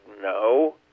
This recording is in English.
no